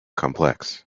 complex